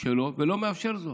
שלהם ולא מאשר זאת.